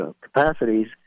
capacities